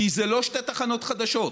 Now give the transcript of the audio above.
כי אלה לא שתי תחנות חדשות,